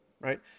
right